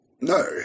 No